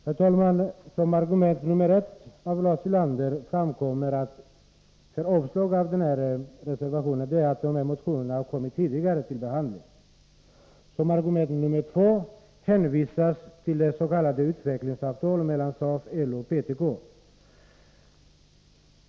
Herr talman! Lars Ulanders första argument för avslagsyrkandet på reservation 1 är att motionerna har behandlats tidigare. Som andra argument hänvisar han till det s.k. utvecklingsavtalet mellan SAF och LO/PTK.